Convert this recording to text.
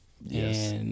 Yes